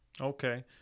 Okay